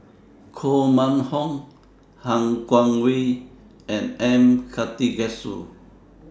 Koh Mun Hong Han Guangwei and M Karthigesu